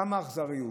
כמה אכזריות.